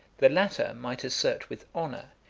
the latter might assert with honor,